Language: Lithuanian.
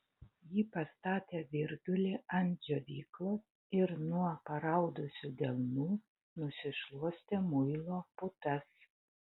ji pastatė virdulį ant džiovyklos ir nuo paraudusių delnų nusišluostė muilo putas